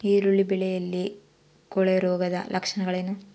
ಈರುಳ್ಳಿ ಬೆಳೆಯಲ್ಲಿ ಕೊಳೆರೋಗದ ಲಕ್ಷಣಗಳೇನು?